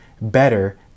better